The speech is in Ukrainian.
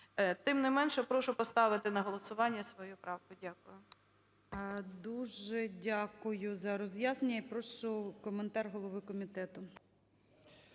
Тим не менше, прошу поставити на голосування свою правку. Дякую. ГОЛОВУЮЧИЙ. Дуже дякую за роз'яснення. І прошу коментар голови комітету.